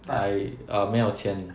I err 没有钱